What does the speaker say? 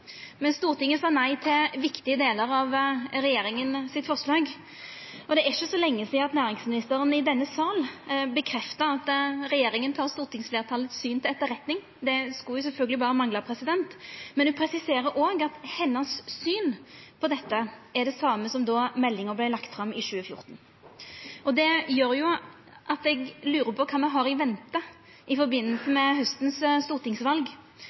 Men Stortinget sa nei til viktige delar av regjeringa sitt forslag, og det er ikkje så lenge sidan at næringsministeren i denne salen bekrefta at regjeringa tek stortingsfleirtalet sitt syn til etterretning – det skulle sjølvsagt berre mangla – men ho presiserer òg at hennar syn på dette er det same som då meldinga vart lagd fram i 2014. Det gjer at eg lurer på kva me har i vente i